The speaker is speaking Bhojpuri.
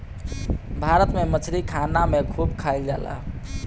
भारत में मछरी खाना में खूब खाएल जाला